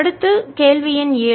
அடுத்த கேள்வி எண் 7